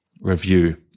review